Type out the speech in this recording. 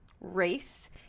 race